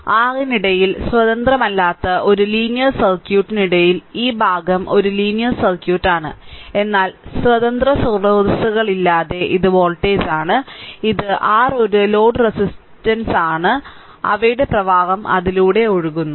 r ന് ഇടയിൽ സ്വതന്ത്രമല്ലാത്ത ഒരു ലീനിയർ സർക്യൂട്ടിനിടയിൽ ഈ ഭാഗം ഒരു ലീനിയർ സർക്യൂട്ട് ആണ് എന്നാൽ സ്വതന്ത്ര സ്രോതസ്സുകളില്ലാതെ ഇത് വോൾട്ടേജാണ് ഇത് r ഒരു ലോഡ് റെസിസ്റ്റൻസ് R ആണ് അവയുടെ പ്രവാഹം അതിലൂടെ ഒഴുകുന്നു